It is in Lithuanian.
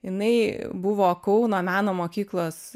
jinai buvo kauno meno mokyklos